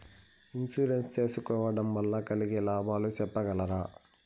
Insurance సేసుకోవడం వల్ల కలిగే లాభాలు సెప్పగలరా?